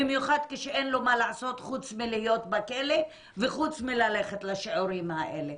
במיוחד כשאין לו מה לעשות חוץ מלהיות בכלא וחוץ מללכת לשיעורים האלה,